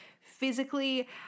physically